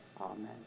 Amen